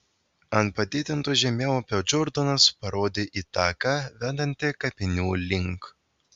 ant padidinto žemėlapio džordanas parodė į taką vedantį kapinių link